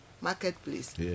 marketplace